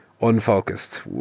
unfocused